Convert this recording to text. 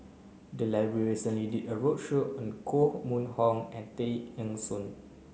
the library recently did a roadshow on Koh Mun Hong and Tay Eng Soon